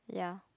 yeah